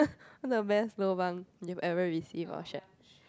the best lobang you've ever received or shared